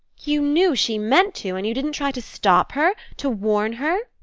you knew she meant to and you didn't try to stop her? to warn her?